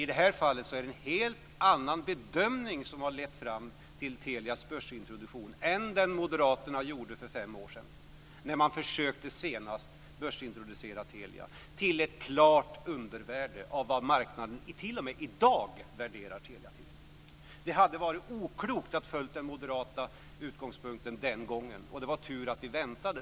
I det här fallet är det en helt annan bedömning som har lett fram till Telias börsintroduktion än den moderaterna gjorde för fem år sedan, när man senast försökte börsintroducera Telia till ett klart undervärde av vad marknaden t.o.m. i dag värderar Telia till. Det hade varit oklokt att följa den moderata utgångspunkten den gången. Det var tur att vi väntade.